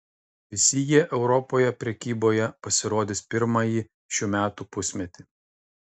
visi jie europoje prekyboje pasirodys pirmąjį šių metų pusmetį